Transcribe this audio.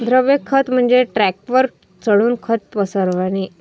द्रव खत म्हणजे ट्रकवर चढून खत पसरविणे